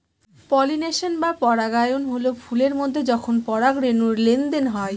pollination বা পরাগায়ন হল ফুলের মধ্যে যখন পরাগরেনুর লেনদেন হয়